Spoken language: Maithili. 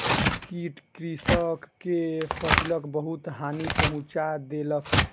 कीट कृषक के फसिलक बहुत हानि पहुँचा देलक